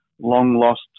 long-lost